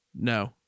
No